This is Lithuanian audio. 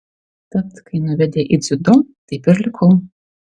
tad kai nuvedė į dziudo taip ir likau